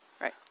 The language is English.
right